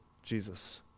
Jesus